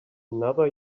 another